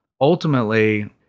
Ultimately